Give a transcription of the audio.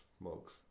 smokes